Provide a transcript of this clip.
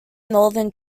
northern